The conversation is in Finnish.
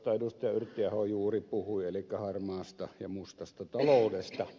yrttiaho juuri puhui elikkä harmaasta ja mustasta taloudesta